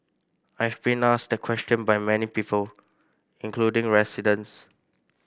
I've been asked that question by many people including residents